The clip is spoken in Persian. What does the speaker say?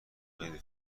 خیلی